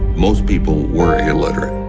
most people were illiterate.